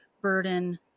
burden